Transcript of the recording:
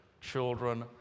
children